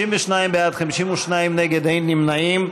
62 בעד, 52 נגד, אין נמנעים.